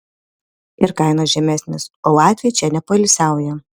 ir kainos žemesnės o latviai čia nepoilsiauja